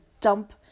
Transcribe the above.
dump